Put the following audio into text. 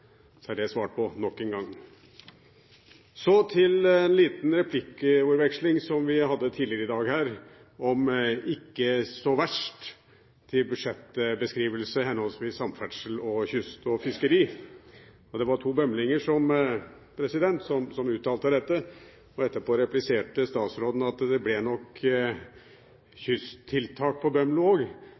Så er det svart på nok en gang. Så til en liten replikkordveksling som vi hadde tidligere i dag, med ordene «ikke så verst» som beskrivelse av henholdsvis samferdselsbudsjettet og budsjettet for kyst og fiskeri. Det var to bømlinger som uttalte dette, og etterpå repliserte statsråden at det ble nok kysttiltak på